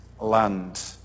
land